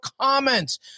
comments